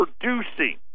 producing